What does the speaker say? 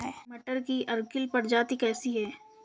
मटर की अर्किल प्रजाति कैसी है?